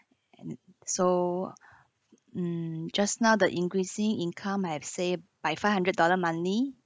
and so mm just now the increasing income I have saved by five hundred dollar monthly